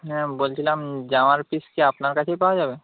হ্যাঁ বলছিলাম জামার পিস কি আপনার কাছেই পাওয়া যাবে